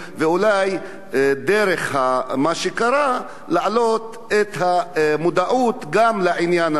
ואולי דרך מה שקרה להעלות את המודעות גם לעניין הזה.